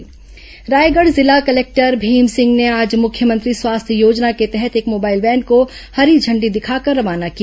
रायगढ़ जिला कलेक्टर भीम सिंह ने आज मुख्यमंत्री स्वास्थ्य योजना के तहत एक मोबाइल वैन को हरी इंडी दिखाकर रवाना किया